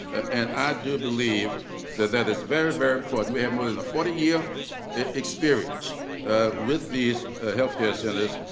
and i do believe that that is very, very important. we have more than a forty year experience with these health care centers,